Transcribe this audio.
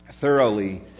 thoroughly